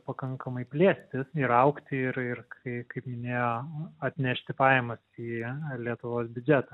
pakankamai plėstis ir augti ir ir kai kaip minėjo atnešti pajamas į lietuvos biudžetą